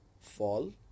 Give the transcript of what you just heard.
fall